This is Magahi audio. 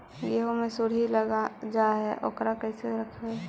गेहू मे सुरही लग जाय है ओकरा कैसे रखबइ?